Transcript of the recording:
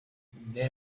they